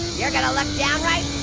you're gonna look downright